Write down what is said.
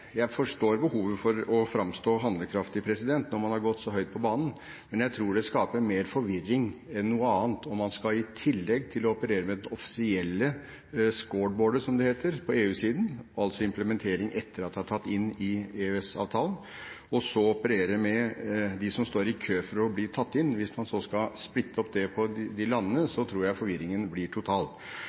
Jeg forstår behovet for å framstå handlekraftig når man har gått så høyt på banen, men jeg tror det skaper mer forvirring enn noe annet om man i tillegg til å operere med det offisielle «scoreboardet», som det heter på EU-siden, altså implementering etter at det er tatt inn i EØS-avtalen, skal operere med de som står i kø for å bli tatt inn. Hvis man så skal splitte opp det på ulike land, tror jeg forvirringen blir total.